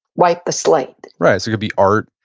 wipe the slate right. so it could be art,